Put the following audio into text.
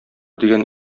дигән